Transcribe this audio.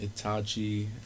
Itachi